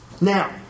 Now